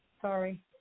Sorry